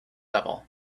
level